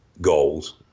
goals